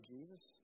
Jesus